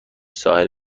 ساحل